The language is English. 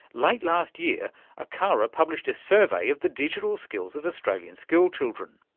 late last year acara published a survey of the digital skills of australian school children.